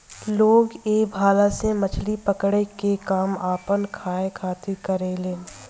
लोग ए भाला से मछली पकड़े के काम आपना खाए खातिर करेलेन